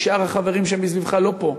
כי שאר החברים שמסביבך אינם פה,